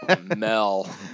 Mel